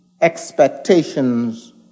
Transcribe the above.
expectations